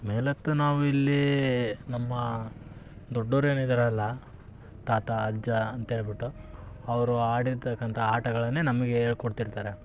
ಮೇಲತ್ತು ನಾವು ಇಲ್ಲಿ ನಮ್ಮ ದೊಡ್ಡವ್ರು ಏನು ಇದಾರಲ್ಲ ತಾತ ಅಜ್ಜ ಅಂತೇಳ್ಬಿಟ್ಟು ಅವರು ಆಡಿರ್ತಕ್ಕಂಥ ಆಟಗಳನ್ನೇ ನಮಗೆ ಹೇಳ್ಕೊಟ್ಟಿರ್ತಾರೆ